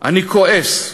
אני כועס,